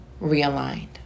realigned